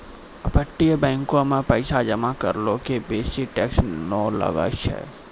अपतटीय बैंको मे पैसा जमा करै के बेसी टैक्स नै लागै छै